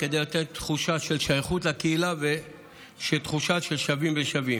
כדי לתת תחושה של שייכות לקהילה ותחושה של שווים בין שווים.